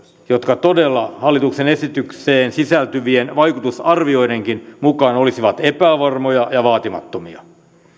jotka todella hallituksen esitykseen sisältyvien vaikutusarvioidenkin mukaan olisivat epävarmoja ja vaatimattomia